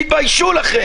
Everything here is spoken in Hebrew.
תתביישו לכם.